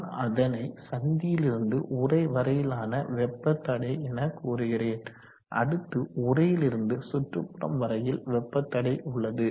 நான் அதனை சந்தியிலிருந்து உறை வரையிலான வெப்ப தடை எனக்கூறுகிறேன் அடுத்து உறையிலிருந்து சுற்றுப்புறம் வரையில் வெப்ப தடை உள்ளது